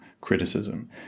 criticism